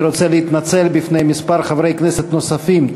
אני רוצה להתנצל בפני כמה חברי כנסת נוספים,